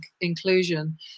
inclusion